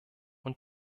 und